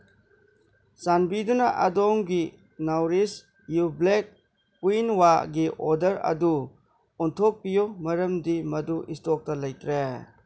ꯆꯥꯟꯕꯤꯗꯨꯅ ꯑꯗꯣꯝꯒꯤ ꯅꯥꯎꯔꯤꯁ ꯌꯨ ꯕ꯭ꯂꯦꯛ ꯀ꯭ꯋꯤꯟꯋꯥꯒꯤ ꯑꯣꯗꯔ ꯑꯗꯨ ꯑꯣꯟꯊꯣꯛꯄꯤꯌꯨ ꯃꯔꯝꯗꯤ ꯃꯗꯨ ꯏꯁꯇꯣꯛꯇ ꯂꯩꯇ꯭ꯔꯦ